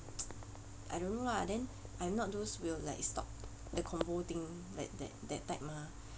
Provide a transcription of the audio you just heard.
I don't know lah then I'm not those will like stop the convo thing like that that type mah